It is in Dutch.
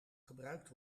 gebruikt